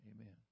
Amen